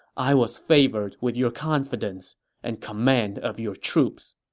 i was favored with your confidence and command of your troops.